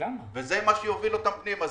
וזה מה שיוביל אותם פנימה,